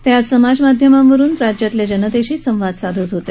ते आज समाजमाध्यमांवरून राज्यातल्या जनतेशी संवाद साधत होते